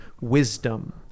wisdom